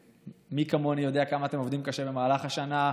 מי כמוני יודע כמה אתם עובדים קשה במהלך השנה,